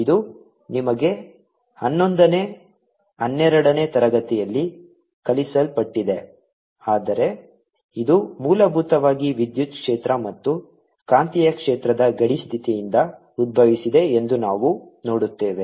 ಇದು ನಿಮಗೆ ಹನ್ನೊಂದನೇ ಹನ್ನೆರಡನೇ ತರಗತಿಯಲ್ಲಿ ಕಲಿಸಲ್ಪಟ್ಟಿದೆ ಆದರೆ ಇದು ಮೂಲಭೂತವಾಗಿ ವಿದ್ಯುತ್ ಕ್ಷೇತ್ರ ಮತ್ತು ಕಾಂತೀಯ ಕ್ಷೇತ್ರದ ಗಡಿ ಸ್ಥಿತಿಯಿಂದ ಉದ್ಭವಿಸಿದೆ ಎಂದು ನಾವು ನೋಡುತ್ತೇವೆ